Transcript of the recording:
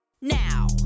now